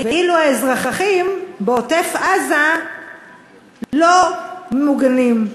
ואילו האזרחים בעוטף-עזה לא ממוגנים.